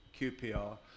QPR